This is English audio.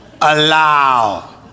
allow